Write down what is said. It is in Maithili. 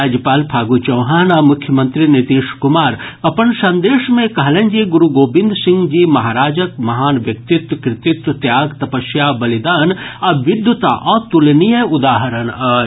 राज्यपाल फागू चौहान आ मुख्यमंत्री नीतीश कुमार अपन संदेश मे कहलनि जे गुरू गोविंद सिंह जी महाराजक महान व्यक्तित्व कृतित्व त्याग तपस्या बलिदान आ विद्वता अतुलनीय उदाहरण अछि